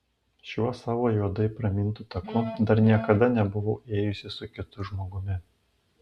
šiuo savo juodai pramintu taku dar niekada nebuvau ėjusi su kitu žmogumi